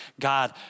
God